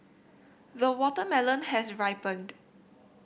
the watermelon has ripened